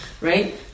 right